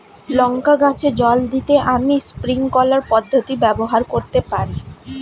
লঙ্কা গাছে জল দিতে আমি স্প্রিংকলার পদ্ধতি ব্যবহার করতে পারি?